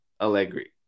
Allegri